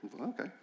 Okay